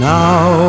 now